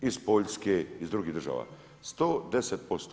Iz Poljske, iz drugih država, 110%